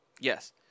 Yes